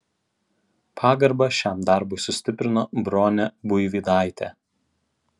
pagarbą šiam darbui sustiprino bronė buivydaitė